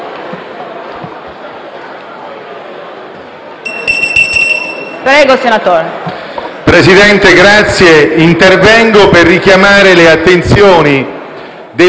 Presidente, intervengo per richiamare l'attenzione del Ministro delle infrastrutture